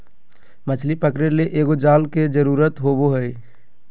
मछली पकरे ले एगो जाल के जरुरत होबो हइ